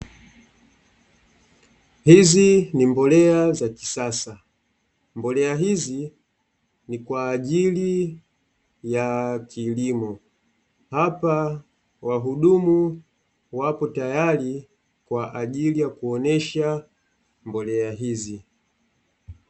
Hizi ni mbolea za kisasa, mbolea hizi ni kwa ajili ya kilimo, hapa wahudumu wapo tayari kwa ajili ya kuonesha mbolea hizi.